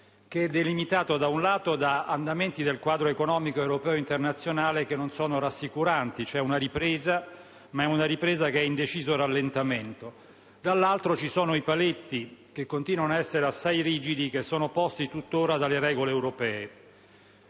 che è delimitato, da un lato, da andamenti del quadro economico europeo internazionale che non sono rassicuranti (c'è una ripresa, ma è in deciso rallentamento) e, dall'altro, da paletti che continuano a essere assai rigidi e che sono imposti tutt'ora dalle regole europee.